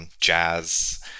jazz